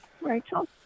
Rachel